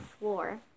floor